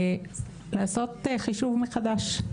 לעשות חישוב מחדש,